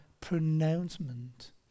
pronouncement